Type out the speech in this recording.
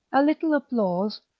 a little applause,